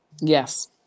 Yes